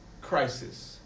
crisis